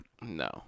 No